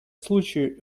случае